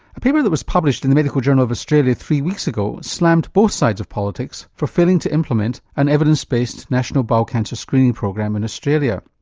a paper that was published in the medical journal of australia three weeks ago slammed both sides of politics for failing to implement an evidence-based national bowel cancer screening program in australia,